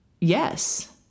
yes